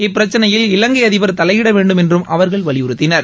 இப்பிரச்சனையில் இலங்கை அதிபர் தலையிட வேண்டும் என்றும் அவர்கள் வலியுறுத்தினர்